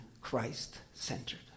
Christ-centered